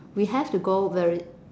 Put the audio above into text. we have to go very